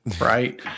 Right